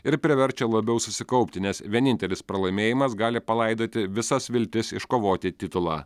ir priverčia labiau susikaupti nes vienintelis pralaimėjimas gali palaidoti visas viltis iškovoti titulą